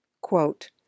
Quote